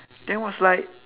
then was like